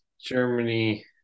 Germany